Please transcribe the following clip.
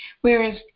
whereas